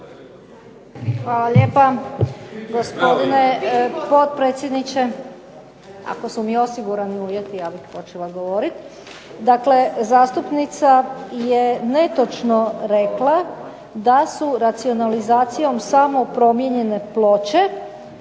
Hvala lijepo. Gospodine potpredsjedniče. Ako su mi osigurani uvjeti ja bih počela govoriti. Dakle, zastupnica je netočno rekla da su racionalizacijom samo promijenjene ploče